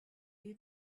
you